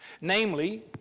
namely